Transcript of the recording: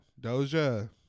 doja